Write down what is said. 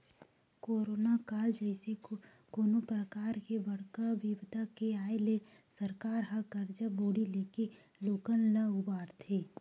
corona काल जइसे कोनो परकार के बड़का बिपदा के आय ले सरकार ह करजा बोड़ी लेके लोगन ल उबारथे